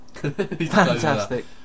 Fantastic